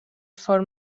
for